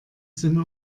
sind